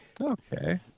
Okay